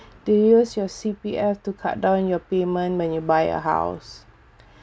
do you use your C_P_F to cut down your payment when you buy a house